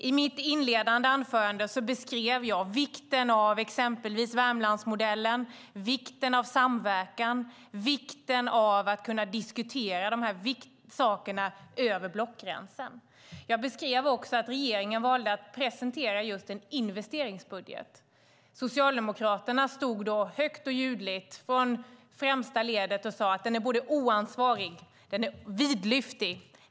I mitt inledande inlägg beskrev jag vikten av exempelvis Värmlandsmodellen, vikten av samverkan och vikten av att kunna diskutera de här sakerna över blockgränsen. Jag beskrev också att regeringen valt att presentera just en investeringsbudget. Socialdemokraterna stod då i främsta ledet och högt och ljudligt sade: Den är oansvarig och den är vidlyftig.